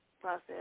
process